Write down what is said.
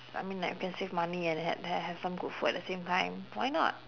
I mean like you can save money and ha~ ha~ have some good food at the same time why not